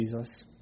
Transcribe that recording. Jesus